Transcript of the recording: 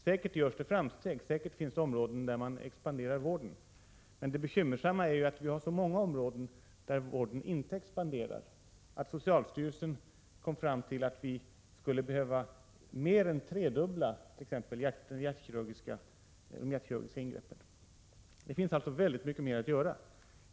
Säkert görs det framsteg, säkert finns det områden där man expanderar vården, men det bekymmersamma är att vi har så många områden där vården inte expanderar att socialstyrelsen kom fram till att vi skulle behöva mer än tredubbla t.ex. de hjärtkirurgiska ingreppen. Det finns alltså oerhört mycket mer att göra.